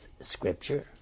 Scripture